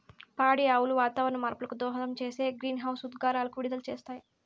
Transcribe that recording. పాడి ఆవులు వాతావరణ మార్పులకు దోహదం చేసే గ్రీన్హౌస్ ఉద్గారాలను విడుదల చేస్తాయి